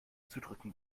zudrücken